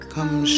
Come